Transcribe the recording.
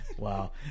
Wow